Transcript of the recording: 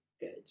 good